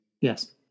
Yes